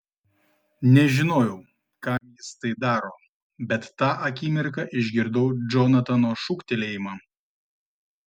nežinojau kam jis tai daro bet tą akimirką išgirdau džonatano šūktelėjimą